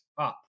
up